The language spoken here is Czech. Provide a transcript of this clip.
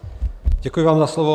Děkuji vám za slovo.